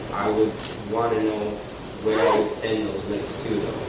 would wanna know where i would send those links to.